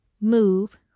move